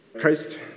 Christ